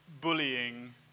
bullying